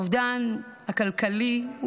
האובדן הכלכלי,